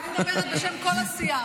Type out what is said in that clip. אני מדברת בשם כל הסיעה.